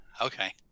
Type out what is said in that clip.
okay